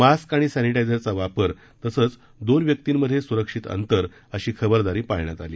mask आणि सॅनिटायझरचा वापर तसंच दोन व्यक्तींमध्ये सुरक्षित अंतर अशी खबरदारी पाळण्यात आली